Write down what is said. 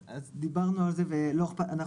אז דיברנו על זה ולא איכפת לנו,